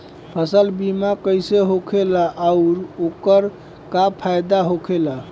फसल बीमा कइसे होखेला आऊर ओकर का फाइदा होखेला?